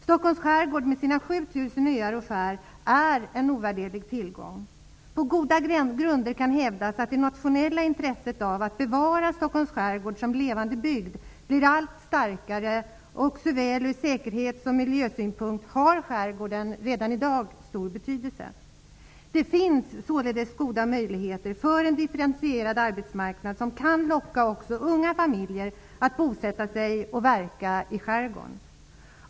Stockholms skärgård med sina 7 000 öar och skär är en ovärderlig tillgång. På goda grunder kan det hävdas att det nationella intresset av att bevara Stockholms skärgård som levande bygd blir allt starkare. Såväl ur säkerhets som ur miljösynpunkt har skärgården redan i dag stor betydelse. Det finns således goda möjligheter för en differentierad arbetsmarknad, som kan locka också unga familjer att bosätta sig och verka i skärgården.